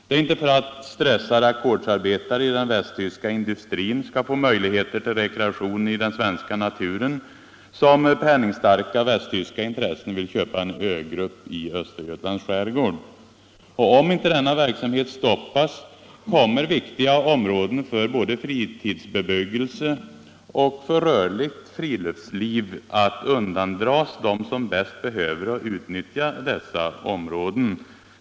Det är inte för att stressade ackordsarbetare i den västtyska industrin skall få möjligheter till rekreation i den svenska naturen som penningstarka västtyska intressen vill köpa en ögrupp i Östergötlands skärgård. Om inte denna verksamhet stoppas kommer viktiga områden för både fritidsbebyggelse och rörligt friluftsliv att undandras dem som bäst behöver utnyttja dessa områden.